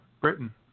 Britain